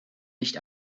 nicht